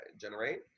generate